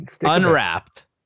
unwrapped